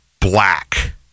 black